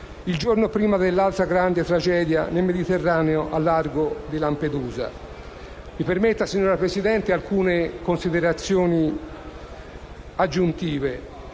il giorno prima dell'altra grande tragedia nel Mediterraneo al largo di Lampedusa. Mi permetta, signora Presidente, alcune considerazioni aggiuntive.